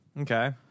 Okay